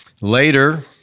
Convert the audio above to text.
later